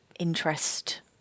Interest